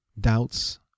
doubts